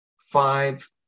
five